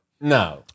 no